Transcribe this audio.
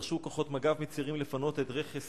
דרשו כוחות מג"ב מצעירים לפנות את רכס